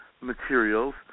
materials